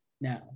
now